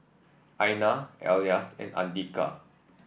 Aina Elyas and Andika